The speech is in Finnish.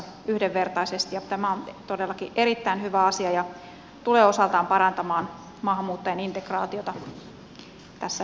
tämä on todellakin erittäin hyvä asia ja tulee osaltaan parantamaan maahanmuuttajien integraatiota tässä yhteiskunnassa